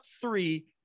three